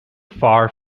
far